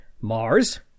Mars